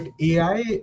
AI